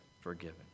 forgiven